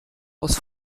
aus